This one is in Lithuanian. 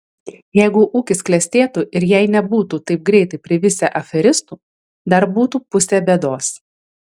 jeigu ūkis klestėtų ir jei nebūtų taip greitai privisę aferistų dar būtų pusė bėdos